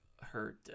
hurt